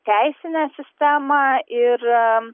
teisinę sistemą ir